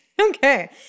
Okay